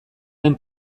den